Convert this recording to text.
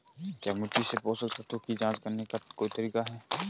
क्या मिट्टी से पोषक तत्व की जांच करने का कोई तरीका है?